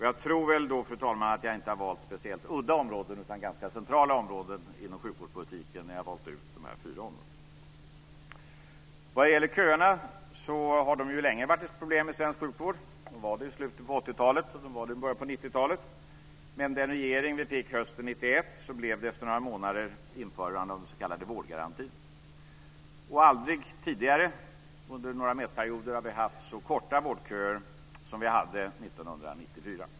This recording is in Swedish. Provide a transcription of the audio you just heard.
Jag tror, fru talman, att jag inte har valt speciellt udda områden utan ganska centrala områden inom sjukvårdspolitiken när jag valt dessa fyra områden. När det gäller köerna har de länge varit ett problem i svensk sjukvård. De var det i slutet av 80-talet och i början av 90-talet. Med den regering vi fick hösten 1991 blev det efter några månader införande av den s.k. vårdgarantin. Aldrig tidigare under några mätperioder har vi haft så korta vårdköer som vi hade 1994.